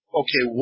okay